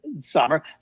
summer